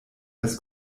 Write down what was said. das